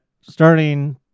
starting